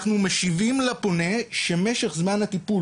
אנחנו משיבים לפונה שמשך זמן הטיפול,